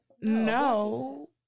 No